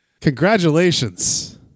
Congratulations